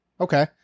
Okay